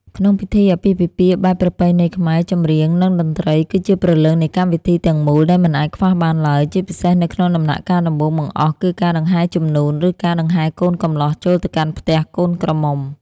ក្នុងពិធីអាពាហ៍ពិពាហ៍បែបប្រពៃណីខ្មែរ ចម្រៀង និងតន្ត្រីគឺជាព្រលឹងនៃកម្មវិធីទាំងមូលដែលមិនអាចខ្វះបានឡើយ ជាពិសេសនៅក្នុងដំណាក់កាលដំបូងបង្អស់គឺការដង្ហែជំនូន ឬការដង្ហែកូនកំលោះចូលទៅកាន់ផ្ទះកូនក្រមុំ។